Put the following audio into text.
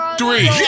three